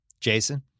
Jason